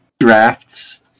drafts